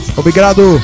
obrigado